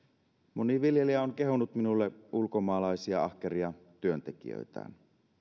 moni viljelijä on kehunut minulle ulkomaalaisia ahkeria työntekijöitään